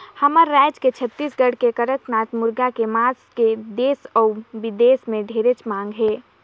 हमर रायज छत्तीसगढ़ के कड़कनाथ मुरगा के मांस के देस अउ बिदेस में ढेरे मांग हे